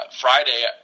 Friday